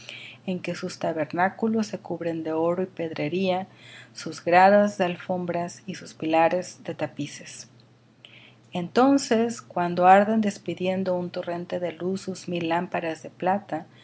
en que sus tabernáculos se cubren de oro y pedrería sus gradas de alfombra y sus pilares de tapices entonces cuando arden despidiendo un torrente de luz sus mil lámparas de plata